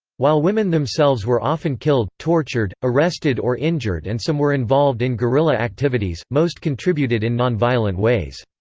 while women themselves were often killed, tortured, arrested or injured and some were involved in guerilla activities, most contributed in non-violent ways.